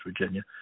Virginia